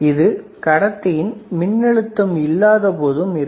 இது கடத்தியில் மின் அழுத்தம் இல்லாத பொழுதும் இருக்கும்